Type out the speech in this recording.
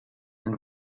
and